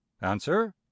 Answer